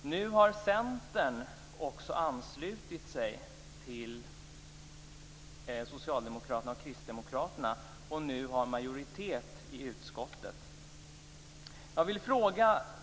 Nu har också Centern anslutit sig till Socialdemokraterna och Kristdemokraterna och bildat majoritet i utskottet.